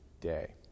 day